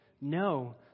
No